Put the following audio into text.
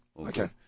Okay